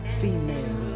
female